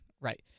Right